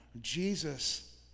Jesus